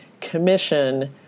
commission